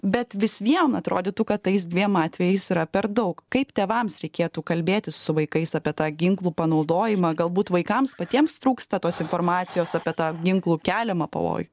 bet vis vien atrodytų kad tais dviem atvejais yra per daug kaip tėvams reikėtų kalbėtis su vaikais apie tą ginklų panaudojimą galbūt vaikams patiems trūksta tos informacijos apie tą ginklų keliamą pavojų